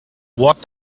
what